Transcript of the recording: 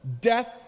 Death